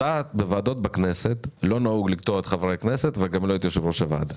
בוועדות בכנסת לא נהוג לקטוע את חברי הכנסת וגם לא את יושב-ראש הוועדה.